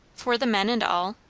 for the men and all!